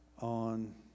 on